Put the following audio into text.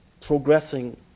progressing